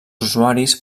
usuaris